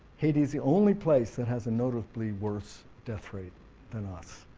haiti is the only place that has a noticeably worse death rate then us.